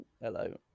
hello